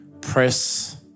press